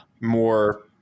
more